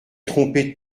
trompés